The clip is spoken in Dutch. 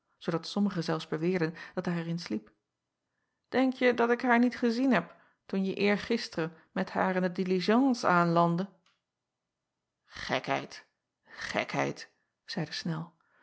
zoodat sommigen zelfs beweerden dat hij er in sliep denkje dat ik haar niet gezien heb toen je eergisteren met haar in de diligence aanlandde ekheid gekheid zeide nel